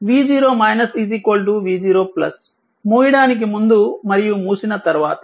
కాబట్టి v0 v0 మూసివేయడానికి ముందు మరియు మూసిన తర్వాత